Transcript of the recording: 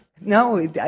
No